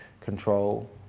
control